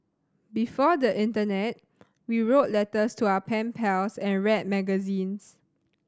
before the internet we wrote letters to our pen pals and read magazines